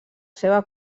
seva